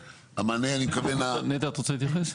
נטע, את רוצה להתייחס?